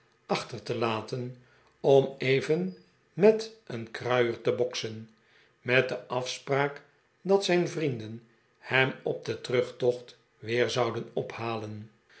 achter te laten om even met een kruier te boksen met de afspraak dat zijn vrienden hem op den terugtocht weer zouden ophalen